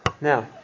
Now